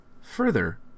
Further